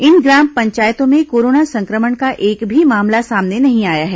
इन ग्राम पंचायतों में कोरोना संक्रमण का एक भी मामला सामने नहीं आया है